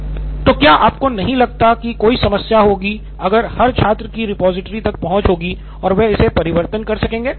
Shyam Paul M तो क्या आपको नहीं लगता कि कोई समस्या होगी अगर हर छात्र की रिपॉजिटरी तक पहुंच होगी और वे इसे परिवर्तन कर सकेंगे